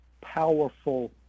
powerful